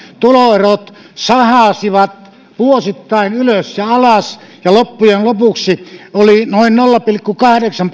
tuloerot sahasivat vuosittain ylös ja alas ja loppujen lopuksi oli noin nolla pilkku kahdeksan